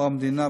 או המדינה,